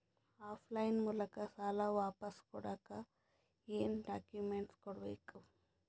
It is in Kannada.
ಆಫ್ ಲೈನ್ ಮೂಲಕ ಸಾಲ ವಾಪಸ್ ಕೊಡಕ್ ಏನು ಡಾಕ್ಯೂಮೆಂಟ್ಸ್ ಕೊಡಬೇಕು?